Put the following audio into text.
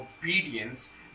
obedience